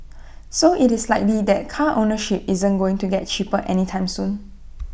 so IT is likely that car ownership isn't going to get cheaper anytime soon